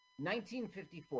1954